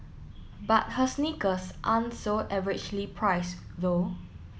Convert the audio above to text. but her sneakers aren't so averagely priced though